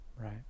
right